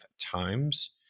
times